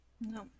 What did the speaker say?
no